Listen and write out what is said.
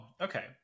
okay